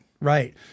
right